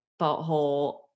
butthole